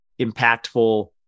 impactful